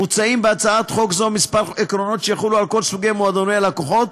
מוצעים בהצעת חוק זו כמה עקרונות שיחולו על כל סוגי מועדוני הלקוחות,